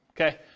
okay